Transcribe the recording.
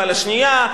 ועל השנייה,